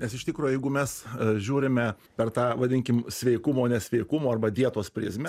nes iš tikro jeigu mes a žiūrime per tą vadinkim sveikumo nesveikumo arba dietos prizmę